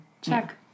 check